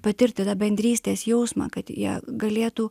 patirti tą bendrystės jausmą kad jie galėtų